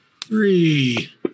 three